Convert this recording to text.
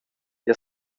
jeu